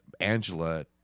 Angela